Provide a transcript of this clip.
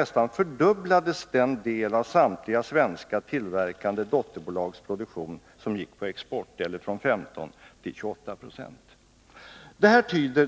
nästan fördubblades den del av samtliga svenska tillverkande dotterbolags produktion som gick på export, eller från 1596 till 28 26.